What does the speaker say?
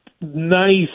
nice